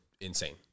insane